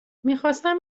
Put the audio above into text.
میخواستم